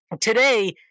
Today